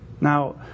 Now